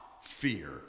fear